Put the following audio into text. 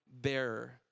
bearer